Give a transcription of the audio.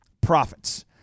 profits